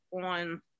on